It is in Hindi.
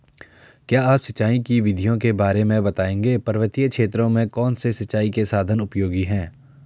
क्या आप सिंचाई की विधियों के बारे में बताएंगे पर्वतीय क्षेत्रों में कौन से सिंचाई के साधन उपयोगी हैं?